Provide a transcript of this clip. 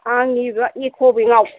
आं नैबे इक' बेंकआव